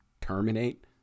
terminate